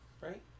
right